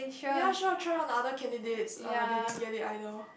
ya sure try on other candidates uh they didn't get it either